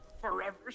Forever